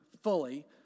fully